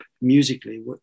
musically